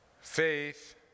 Faith